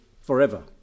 forever